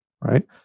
right